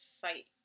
fight